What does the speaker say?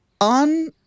on